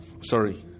sorry